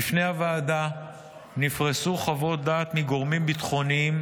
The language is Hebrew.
בפני הוועדה נפרסו חוות דעת מגורמים ביטחוניים,